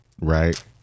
Right